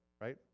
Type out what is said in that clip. right